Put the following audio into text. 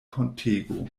pontego